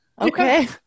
Okay